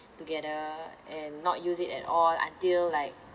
together and not use it at all until like